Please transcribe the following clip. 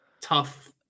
tough